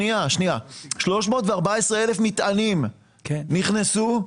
אציין 314,000 מטענים נכנסו,